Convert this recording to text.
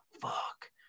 fuck